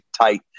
tight